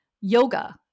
yoga